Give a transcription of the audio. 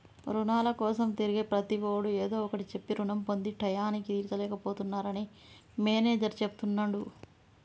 రుణాల కోసం తిరిగే ప్రతివాడు ఏదో ఒకటి చెప్పి రుణం పొంది టైయ్యానికి తీర్చలేక పోతున్నరని మేనేజర్ చెప్తున్నడు